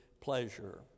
pleasure